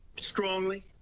strongly